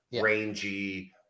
rangy